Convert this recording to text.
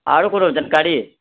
आरो कोनो जानकारी